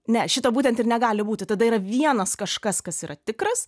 ne šito būtent ir negali būti tada yra vienas kažkas kas yra tikras